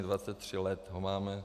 Dvacet tři let ho máme.